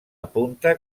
apunta